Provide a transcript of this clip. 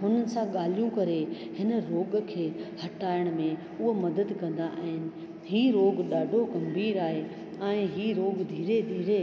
हुननि सां ॻाल्हियूं करे हिन रोॻ खे हटाइण में उहा मदद कंदा आहिनि हीउ रोॻु ॾाढो गंभीर आहे ऐं हीउ रोॻु धीरे धीरे